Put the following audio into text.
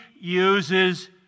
uses